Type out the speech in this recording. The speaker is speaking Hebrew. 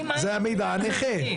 זה המידע הנכה.